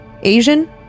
Asian